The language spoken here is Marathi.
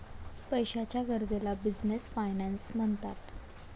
पैशाच्या गरजेला बिझनेस फायनान्स म्हणतात